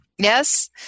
Yes